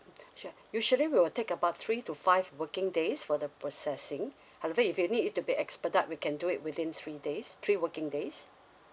sure usually we will take about three to five working days for the processing however if you need it to be expedite we can do it within three days three working days